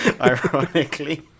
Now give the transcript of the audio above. ironically